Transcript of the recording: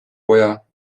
poja